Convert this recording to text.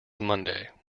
monday